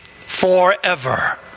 forever